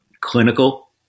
clinical